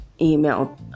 email